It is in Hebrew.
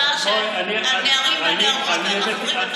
אני רוצה שהנערים והנערות,